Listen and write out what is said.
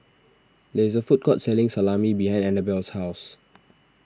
there is a food court selling Salami behind Annabel's house